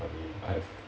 I mean I have